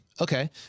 Okay